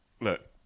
look